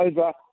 over